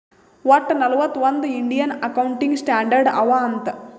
ವಟ್ಟ ನಲ್ವತ್ ಒಂದ್ ಇಂಡಿಯನ್ ಅಕೌಂಟಿಂಗ್ ಸ್ಟ್ಯಾಂಡರ್ಡ್ ಅವಾ ಅಂತ್